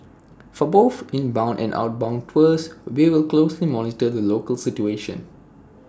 for both inbound and outbound tours we will closely monitor the local situation